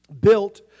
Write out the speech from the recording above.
built